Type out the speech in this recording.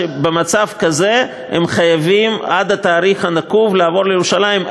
שבמצב כזה הם חייבים עד התאריך הנקוב לעבור לירושלים,